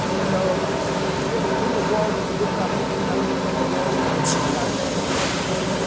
so really in the wall you could lift up elements of the wall and make seats out of them, or pedestals.